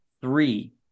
three